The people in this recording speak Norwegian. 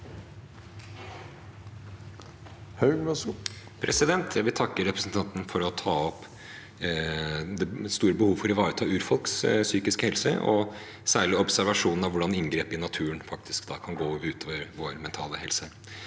Jeg vil takke representanten for å ta opp det store behovet for å ivareta urfolks psykiske helse, og særlig for observasjonen av hvordan inngrep i naturen faktisk kan gå ut over vår mentale helse.